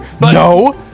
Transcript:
No